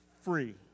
free